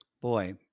Boy